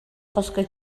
хоско